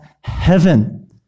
heaven